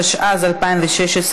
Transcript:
התשע"ז 2016,